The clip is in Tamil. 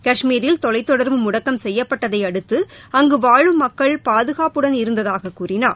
காஷ்மீரில் தொலைத்தொடர்பு முடக்கம் செய்யப்பட்டதையடுத்து அங்கு வாழும் மக்கள் பாதுகாப்புடன் இருந்ததாக கூறினார்